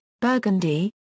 Burgundy